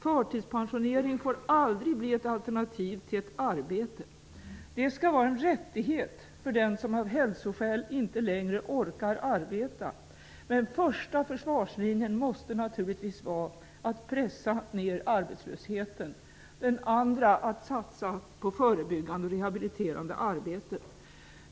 Förtidspensionering får aldrig bli ett alternativ till arbete. Den skall vara en rättighet för den som av hälsoskäl inte längre orkar arbeta. Den första försvarslinjen måste naturligtvis vara att pressa ner arbetslösheten och den andra att satsa på förebyggande och rehabiliterande arbete.